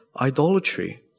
idolatry